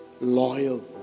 loyal